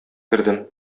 кердем